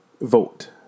vote